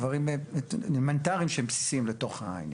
דברים אלמנטריים שהם בסיסיים לתוך העניין.